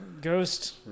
Ghost